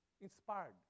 Inspired